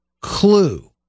clue